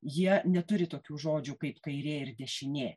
jie neturi tokių žodžių kaip kairė ir dešinė